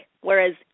whereas